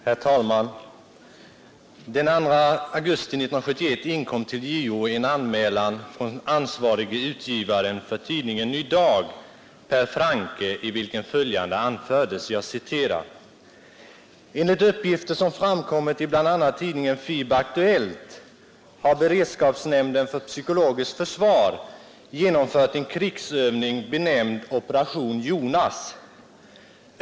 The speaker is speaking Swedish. Herr talman! Den 2 augusti 1971 inkom till JO en anmälan från ansvarige utgivaren för tidningen Ny Dag, Per Francke, i vilken följande anfördes: ”Enligt uppgifter som framkommit i bl.a. tidningen FIB-Aktuellt har beredskapsnämnden för psykologiskt försvar genomfört en krigsövning benämnd Operation Jonas.